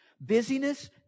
Busyness